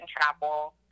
travel